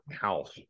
house